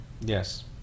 Yes